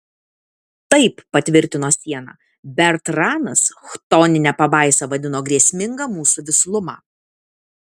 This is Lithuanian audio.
taip patvirtino siena bertranas chtonine pabaisa vadino grėsmingą mūsų vislumą